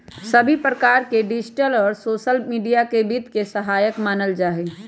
सभी प्रकार से डिजिटल और सोसल मीडिया के वित्त के सहायक मानल जाहई